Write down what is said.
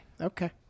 Okay